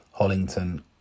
Hollington